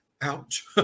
Ouch